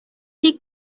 tik